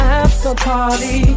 after-party